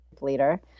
leader